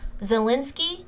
Zelensky